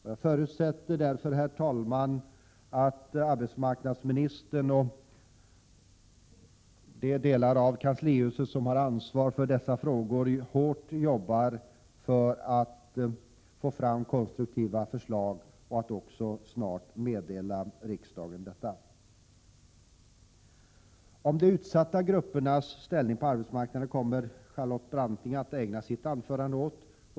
Jag förutsätter därför, herr talman, att arbetsmarknadsministern och de delar av kanslihuset som har ansvar för dessa frågor hårt arbetar för att få fram konstruktiva förslag och att dessa också snart föreläggs riksdagen. Om de utsatta grupperna på arbetsmarknaden kommer Charlotte Branting att tala.